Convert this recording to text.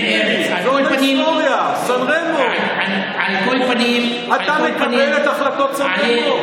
על כל פנים, אתה מקבל את החלטות סן רמו?